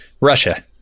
Russia